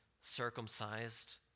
circumcised